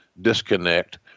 disconnect